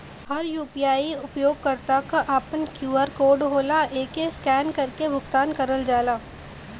हर UPI उपयोगकर्ता क आपन क्यू.आर कोड होला एके स्कैन करके भुगतान करल जाला